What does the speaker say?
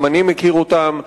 גם אני מכיר אותם.